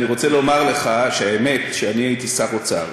אני רוצה לומר לך שהאמת היא שכשאני הייתי שר האוצר